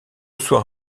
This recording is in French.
soir